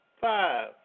five